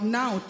now